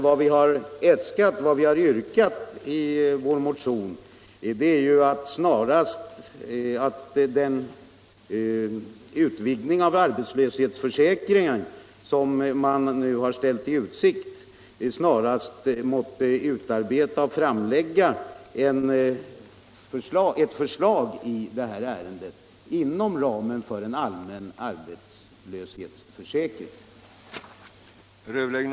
Vad vi har yrkat i vår motion är att utredningen som fått i uppdrag att utreda den utvidgning av arbetslöshetsförsäkringen som man ställt i utsikt snarast måtte utarbeta och framlägga ett förslag också i detta ärende inom ramen för den allmänna arbetslöshetsförsäkringen.